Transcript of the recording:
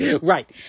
Right